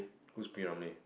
who's pick on me